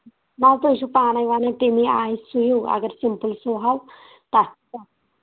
نو تُہۍ چِھو پانے ونان تمی آے سُویِو اگر سمپل سوٗوٕ ہو تتھ کیاہ